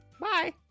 bye